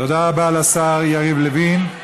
תודה רבה לשר יריב לוין.